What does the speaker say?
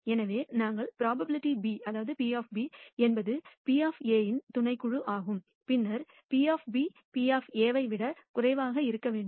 எனவே நாங்கள் P என்பது P இன் துணைக்குழு ஆகும் பின்னர் P P ஐ விட குறைவாக இருக்க வேண்டும்